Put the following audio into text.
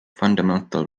fundamental